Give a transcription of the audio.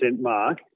mark